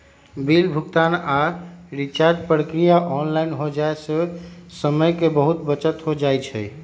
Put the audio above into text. bill भुगतान आऽ recharge प्रक्रिया ऑनलाइन हो जाय से समय के बहुते बचत हो जाइ छइ